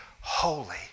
holy